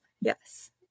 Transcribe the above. Yes